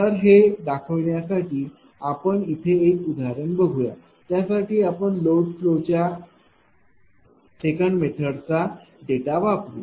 तर हे दाखवण्यासाठी आपण इथे एक उदाहरण बघूया त्यासाठी आपण लोड फ्लो च्या 2 मेथडचा डेटा वापरू